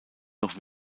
noch